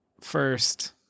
first